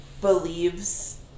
believes